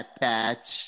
patch